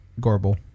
Gorbel